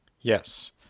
Yes